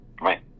Right